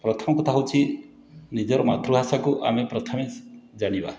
ପ୍ରଥମ କଥା ହେଉଛି ନିଜର ମାତୃଭାଷାକୁ ଆମେ ପ୍ରଥମେ ଜାଣିବା